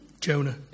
Jonah